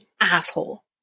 asshole